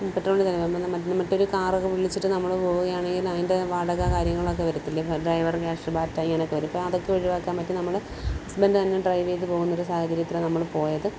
പെട്രോളിന്റെ ചിലവ് മ മറ്റൊരു കാറ്ക്കെ വിളിച്ചിട്ട് നമ്മൾ പോവുകയാണേൽ അതിന്റെ വാടക കാര്യങ്ങളൊക്കെ വരത്തില്ലേ ഡ്രൈവറ് ക്യാഷ് ബാറ്റ ഇങ്ങനൊക്കെ വരും അപ്പം അതൊക്കെ ഒഴിവാക്കാന് വേണ്ടി നമ്മൾ ഹസ്ബൻറ്റ് തന്നെ ഡ്രൈവ് ചെയ്ത് പോകുന്നൊരു സാഹചര്യത്തിലാണ് നമ്മൾ പോയത്